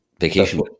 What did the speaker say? vacation